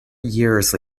years